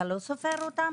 אתה לא סופר אותם?